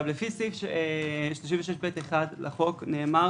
לפי סעיף 36(ב1) לחוק נאמר